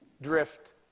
drift